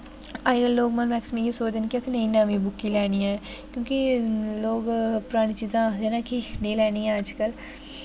अजकल्ल लोक मैक्सिमम इयै सोचदे न कि अस नमीं बुक ही लैनी ऐ क्योंकि लोग परानी चीजां आखदे न कि नेईं लैनियां अजकल्ल